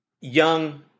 young